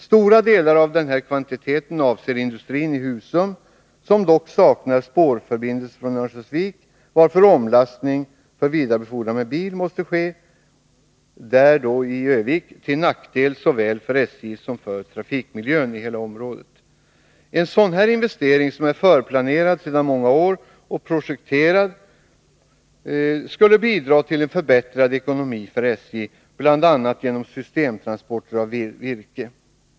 Stora delar av denna kvantitet avser industrin i Husum som dock saknar spårförbindelser från Örnsköldsvik, varför omlastning för vidarebefordran med bil måste ske, till nackdel såväl för SJ som för trafikmiljön i hela området. En sådan investering, som är förplanerad och projekterad sedan många år tillbaka, skulle bidra till förbättrad ekonomi för SJ bl.a. genom systemtransporter av virke.